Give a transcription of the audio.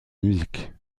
musique